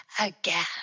again